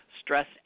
stress